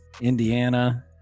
Indiana